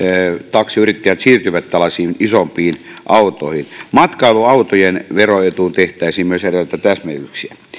taksiyrittäjät siirtyvät tällaisiin isompiin autoihin matkailuautojen veroetuun tehtäisiin myös eräitä täsmennyksiä